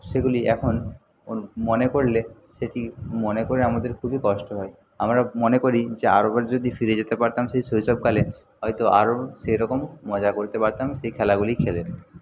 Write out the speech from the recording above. সেগুলি এখন মনে করলে সেটি মনে করে আমাদের খুবই কষ্ট হয় আমরা মনে করি যে আরেকবার যদি ফিরে যেতে পারতাম সেই শৈশবকালে হয়তো আরো সেরকম মজা করতে পারতাম সেই খেলাগুলি খেলে